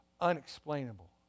unexplainable